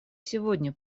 сегодня